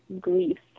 grief